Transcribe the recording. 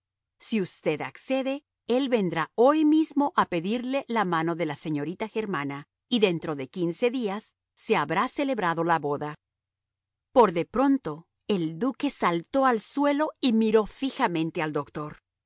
si usted accede él vendrá hoy mismo a pedirle la mano de la señorita germana y dentro de quince días se habrá celebrado la boda por de pronto el duque saltó al suelo y miró fijamente al doctor